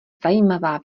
zajímavá